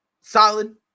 solid